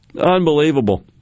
Unbelievable